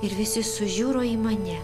ir visi sužiuro į mane